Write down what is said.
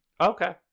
Okay